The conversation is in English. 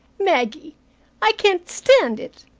maggie i can't stand it!